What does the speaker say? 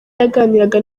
yaganiraga